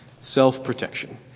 Self-protection